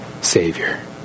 savior